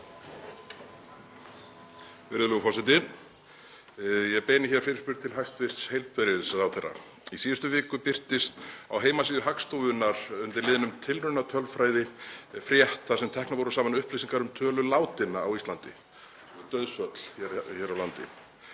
Virðulegur forseti. Ég beini fyrirspurn til hæstv. heilbrigðisráðherra. Í síðustu viku birtist á heimasíðu Hagstofunnar, undir liðnum tilraunatölfræði, frétt þar sem teknar voru saman upplýsingar um tölu látinna á Íslandi, dauðsföll hér á landi.